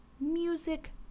music